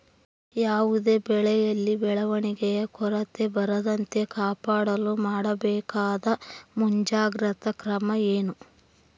ಯಾವುದೇ ಬೆಳೆಯಲ್ಲಿ ಬೆಳವಣಿಗೆಯ ಕೊರತೆ ಬರದಂತೆ ಕಾಪಾಡಲು ಮಾಡಬೇಕಾದ ಮುಂಜಾಗ್ರತಾ ಕ್ರಮ ಏನು?